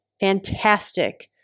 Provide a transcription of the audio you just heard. fantastic